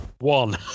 one